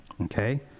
Okay